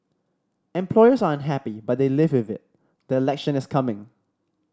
employers are unhappy but they live with it the election is coming